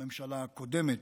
שהממשלה הקודמת